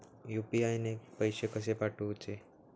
UPI ने पैशे कशे पाठवूचे?